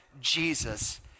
Jesus